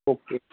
okay